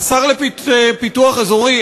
השר לפיתוח אזורי,